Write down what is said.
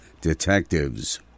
Detectives